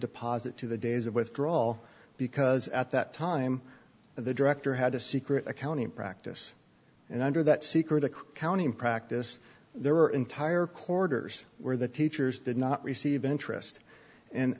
deposit to the days of withdrawal because at that time the director had a secret a county practice and under that secret accounting practice there are entire corridors where the teachers did not receive an interest